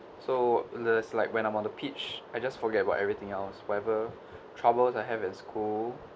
so les~ like when I'm on the pitch I just forget about everything else whatever troubles I have in school